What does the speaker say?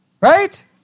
Right